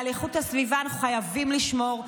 על איכות הסביבה אנו חייבים לשמור,